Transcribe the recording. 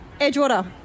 Edgewater